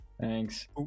Thanks